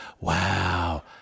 wow